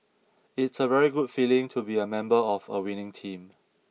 it's a very good feeling to be a member of a winning team